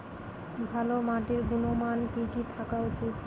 ভালো মাটির গুণমান কি কি থাকা উচিৎ?